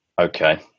okay